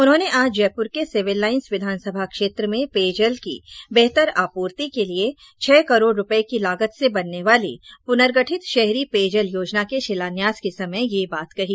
उन्होंने आज जयपुर के सिविल लाइंस विधानसभा क्षेत्र में पेयजल की बेहतर आपूर्ति के लिए छह करोड़ रूपए की लागत से बनने वाली पुनर्गठित शहरी पेयजल योजना के शिलान्यास के समय ये बात कही